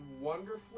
wonderfully